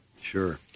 Sure